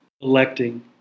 electing